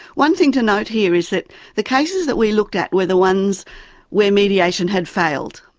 one thing to note here is that the cases that we looked at were the ones where mediation had failed.